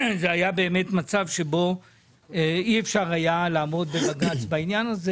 באמת מצב שבו אי אפשר היה לעמוד בבג"ץ בעניין הזה